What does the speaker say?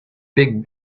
big